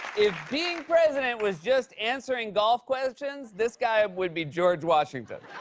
if being president was just answering golf questions, this guy would be george washington.